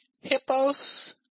Hippos